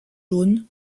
jaunes